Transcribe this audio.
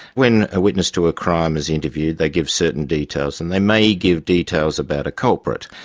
when a witness to a crime is interviewed, they give certain details, and they may give details about a culprit,